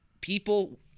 people –